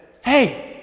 hey